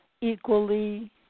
equally